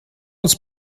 uns